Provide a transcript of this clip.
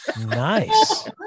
Nice